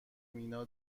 مینا